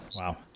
Wow